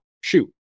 Shoot